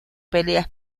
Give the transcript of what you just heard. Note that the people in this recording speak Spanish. peleas